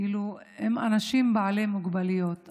אנשים בעלי מוגבלויות,